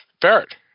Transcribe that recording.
Barrett